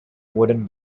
wooden